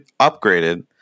upgraded